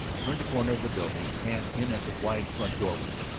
turned the corner of the building and in at the wide front doorway.